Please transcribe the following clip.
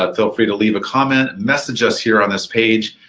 um feel free to leave a comment. message us here on this page.